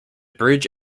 bridge